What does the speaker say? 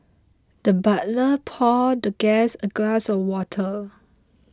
the butler poured the guest a glass of water